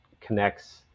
connects